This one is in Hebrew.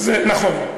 נכון.